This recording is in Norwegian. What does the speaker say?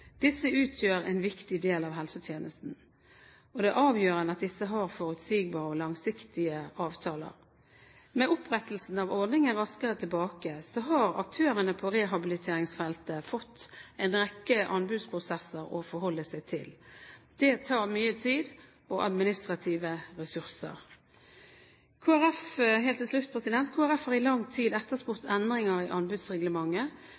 Disse utgjør en viktig del av helsetjenesten. Det er avgjørende at disse har forutsigbare og langsiktige avtaler. Med opprettelsen av ordningen Raskere tilbake har aktørene på rehabiliteringsfeltet fått en rekke anbudsprosesser å forholde seg til. Det tar mye tid og administrative ressurser. Helt til slutt: Kristelig Folkeparti har i lang tid